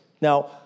Now